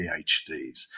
PhDs